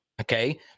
okay